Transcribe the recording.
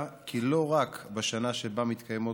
בבקשה, אדוני, עשר דקות.